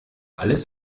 alles